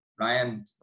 Ryan